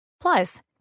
Plus